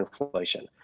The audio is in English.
inflation